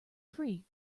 free